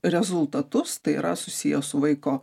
rezultatus tai yra susiję su vaiko